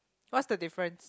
what's the difference